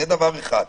זה דבר אחד.